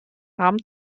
haben